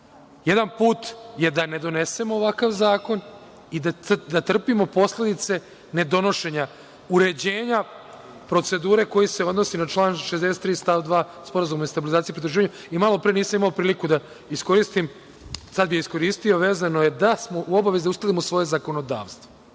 Jedan put je da ne donesemo ovakav zakon i da trpimo posledice ne donošenja uređenja procedure koja se odnosi na član 63. stav 2, SSP.Malo pre nisam imao priliku da iskoristim, a sad bih iskoristio, a vezano je da smo u obavezi uskladimo svoje zakonodavstvo,